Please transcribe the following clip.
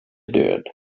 död